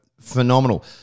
phenomenal